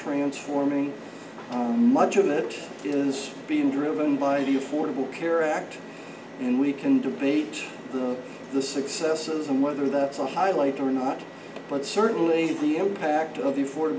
transforming much of that is being driven by the affordable care act and we can debate the the successes and whether that's a highlight or not but certainly the impact of the for